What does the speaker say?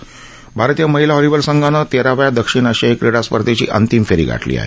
आरतीय महिला हॉलीबॉल संघानं तेराव्या दक्षिण आशियाई क्रीडा स्पर्धेची अंतिम फेरी गाठली आहे